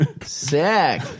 Sick